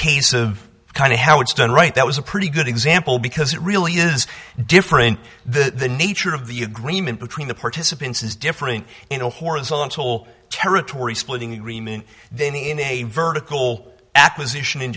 case of kind of how it's done right that was a pretty good example because it really is different the nature of the agreement between the participants is different in a horizontal territory splitting agreement then in a vertical acquisition